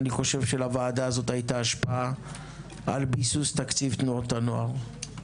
אני חושב שלוועדה הזו הייתה השפעה על ביסוס תקציב תנועות הנוער.